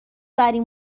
بریم